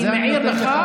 אני מעיר לך,